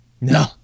no